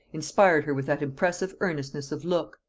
inspired her with that impressive earnestness of look,